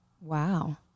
Wow